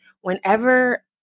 whenever